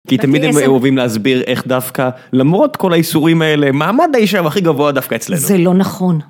כי תמיד הם אוהבים להסביר איך דווקא, למרות כל האיסורים האלה, מעמד האישה הכי גבוה דווקא אצלנו. זה לא נכון.